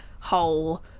whole